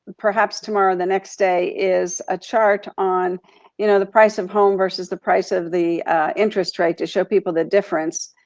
perhaps tomorrow or the next day is a chart on you know, the price of home versus the price of the interest rate to show people the difference.